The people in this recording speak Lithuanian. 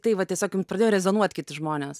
tai va tiesiog jum pradėjo rezonuot kiti žmonės